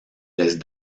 les